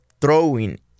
throwing